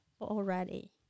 already